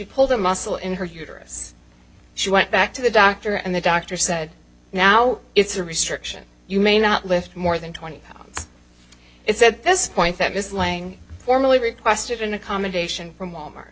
pulled a muscle in her uterus she went back to the doctor and the doctor said now it's a restriction you may not lift more than twenty pounds it's at this point that mislaying formally requested an accommodation from wal mart